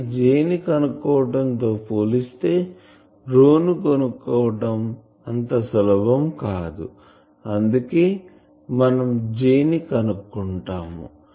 కానీ J ని కనుక్కోవటం తో పోలిస్తే ని కనుక్కోవటం అంత సులభం కాదు అందుకే మనం J ని కనుక్కుంటాం